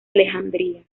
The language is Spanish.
alejandría